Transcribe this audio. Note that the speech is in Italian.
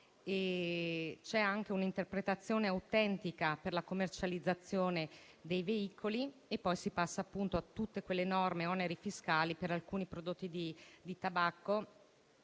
C'è anche un'interpretazione autentica per la commercializzazione dei veicoli e poi si passa a tutte quelle norme e oneri fiscali per alcuni prodotti di tabacco,